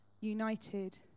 united